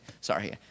sorry